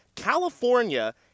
California